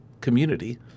community